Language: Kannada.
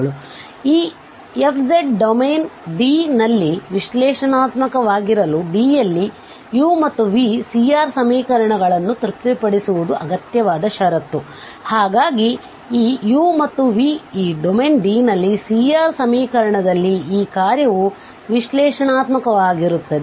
ಆದ್ದರಿಂದ ಈ f ಡೊಮೇನ್ D ನಲ್ಲಿ ವಿಶ್ಲೇಷಣಾತ್ಮಕವಾಗಿರಲು D ಯಲ್ಲಿ u ಮತ್ತು v C R ಸಮೀಕರಣಗಳನ್ನು ತೃಪ್ತಿಪಡಿಸುವುದು ಅಗತ್ಯವಾದ ಷರತ್ತು ಹಾಗಾಗಿ ಈ u ಮತ್ತು v ಈ ಡೊಮೇನ್ D ನಲ್ಲಿ CR ಸಮೀಕರಣದಲ್ಲಿ ಈ ಕಾರ್ಯವು ವಿಶ್ಲೇಷಣಾತ್ಮಕವಾಗಿರುತ್ತದೆ